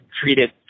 treated